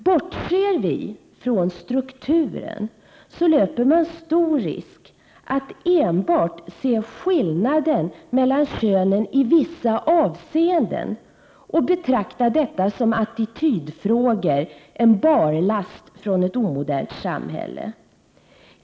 Bortser man från strukturen löper man stor risk att enbart se skillnaden mellan könen i vissa avseenden och betraktar detta som attitydfrågor — en barlast från ett omodernt samhälle.